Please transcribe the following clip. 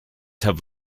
have